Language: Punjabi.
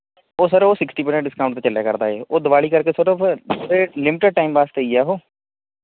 ਉਹ ਸਰ ਉਹ ਸੀਕਸਟੀ ਪ੍ਰਸੈਂਟ ਡਿੰਸਕਾਊਂਟ 'ਤੇ ਚੱਲਿਆ ਕਰਦਾ ਹੈ ਉਹ ਦੀਵਾਲੀ ਕਰਕੇ ਸਿਰਫ ਲਿਮਟਿਡ ਟਾਈਮ ਵਾਸਤੇ ਹੀ ਹੈ ਉਹ